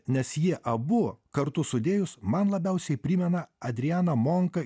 nes jie abu kartu sudėjus man labiausiai primena adrianą monką